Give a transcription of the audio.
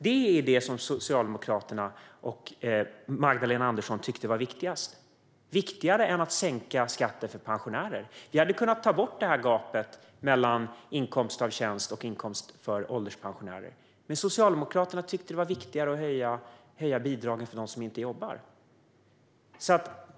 Det var det som Socialdemokraterna och Magdalena Andersson tyckte var viktigast - viktigare än att sänka skatten för pensionärer. Vi hade kunnat ta bort gapet mellan inkomst av tjänst och inkomst för ålderspensionärer. Men Socialdemokraterna tyckte att det var viktigare att höja bidragen för dem som inte jobbar.